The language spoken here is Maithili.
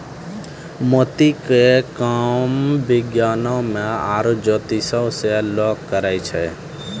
मोती के काम विज्ञानोॅ में आरो जोतिसें लोग करै छै